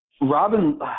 Robin